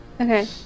Okay